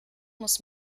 muss